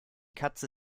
katze